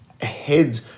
ahead